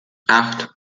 acht